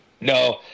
No